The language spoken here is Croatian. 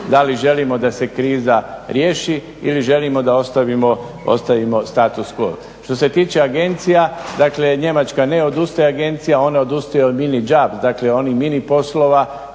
da li želimo da se kriza riješi ili želimo da ostavimo status quo. Što se tiče agencija, dakle Njemačka ne odustaje od agencija ona odustaje od mini jobs, dakle onih mini poslova